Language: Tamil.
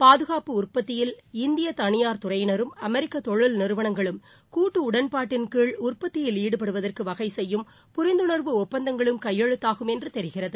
பாதுகாப்பு உற்பத்தியில் இந்திய தனியார் துறையினரும் அமெரிக்க தொழில் நிறுவனங்களும் கூட்டு உடன்பாட்டின் கீழ் உற்பத்தியில் ஈடுபடுவதற்கு வகை செய்யும் புரிந்துணா்வு ஒப்பந்தங்களும் கையொழுத்தாகும் என்று தெரிகிறது